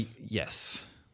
yes